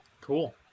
Cool